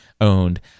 owned